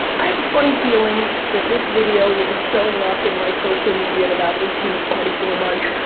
i have a funny feeling that this video will be showing up in my social media in about eighteen to twenty four months.